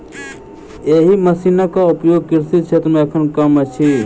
एहि मशीनक उपयोग कृषि क्षेत्र मे एखन कम अछि